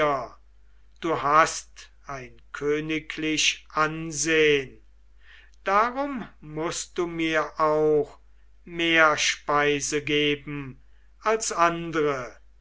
du hast ein königlich ansehn darum mußt du mir auch mehr speise geben als andre